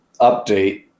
update